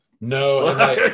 No